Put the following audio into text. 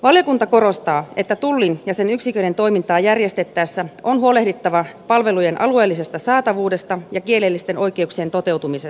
valiokunta korostaa että tullin ja sen yksiköiden toimintaa järjestettäessä on huolehdittava palvelujen alueellisesta saatavuudesta ja kielellisten oikeuksien toteutumisesta